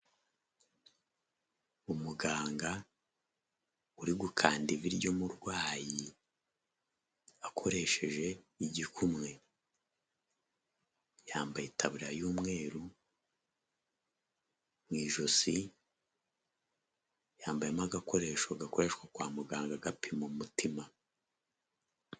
Umuganga uri gukanda ivi ry’umurwayi akoresheje igikumwe, yambaye itaburiya y'umweru, mw’ijosi yambayemo agakoresho gakoreshwa kwa muganga gapima umutima.